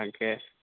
তাকে